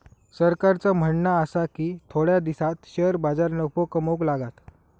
सरकारचा म्हणणा आसा की थोड्या दिसांत शेअर बाजार नफो कमवूक लागात